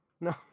no